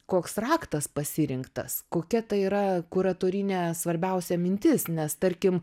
koks raktas pasirinktas kokia ta yra kuratorinė svarbiausia mintis nes tarkim